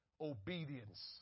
Obedience